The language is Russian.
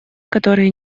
которые